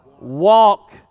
walk